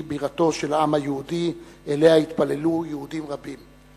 שהיא בירתו של העם היהודי ואליה התפללו יהודים רבים.